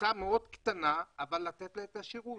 לקבוצה מאוד קטנה ולתת לה את השירות.